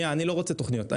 אני לא רוצה תוכניות.